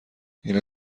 اینا